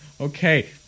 Okay